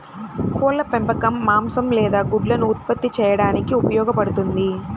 కోళ్ల పెంపకం మాంసం లేదా గుడ్లను ఉత్పత్తి చేయడానికి ఉపయోగపడుతుంది